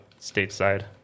stateside